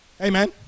Amen